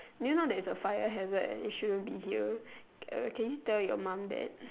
do you know that it's a fire hazard and it shouldn't be here uh can you tell your mom that